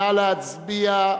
נא להצביע,